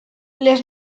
les